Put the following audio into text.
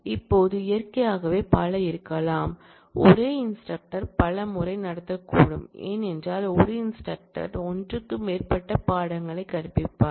இப்போது இயற்கையாகவே பல இருக்கலாம் ஒரே இன்ஸ்டிரக்டர் பல முறை நடத்தக்கூடும் ஏனென்றால் ஒரு இன்ஸ்டிரக்டர் ஒன்றுக்கு மேற்பட்ட பாடங்களை கற்பிப்பார்